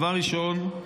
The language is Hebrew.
דבר ראשון,